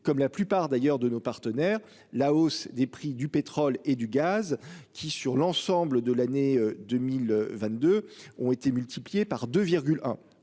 comme la plupart d'ailleurs de nos partenaires. La hausse des prix du pétrole et du gaz qui, sur l'ensemble de l'année 2022 ont été multipliés par 2